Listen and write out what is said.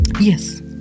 Yes